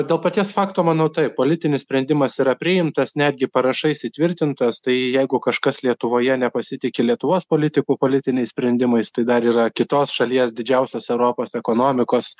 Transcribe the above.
dėl paties fakto manau taip politinis sprendimas yra priimtas netgi parašais įtvirtintas tai jeigu kažkas lietuvoje nepasitiki lietuvos politikų politiniais sprendimais tai dar yra kitos šalies didžiausios europos ekonomikos